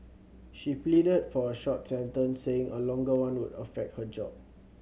she pleaded for a short sentence saying a longer one would affect her job